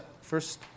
first